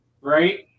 right